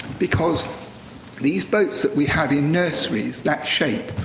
because these boats that we have in nurseries, that shape.